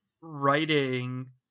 writing